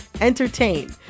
entertain